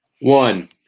One